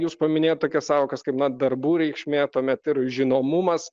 jūs paminėjot tokias sąvokas kaip na darbų reikšmė tuomet ir žinomumas